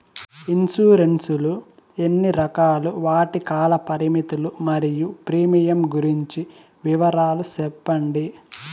Insurance లు ఎన్ని రకాలు? వాటి కాల పరిమితులు మరియు ప్రీమియం గురించి వివరాలు సెప్పండి?